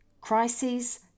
crises